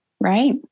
Right